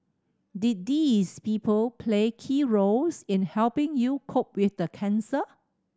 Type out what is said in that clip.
did these people play key roles in helping you cope with the cancer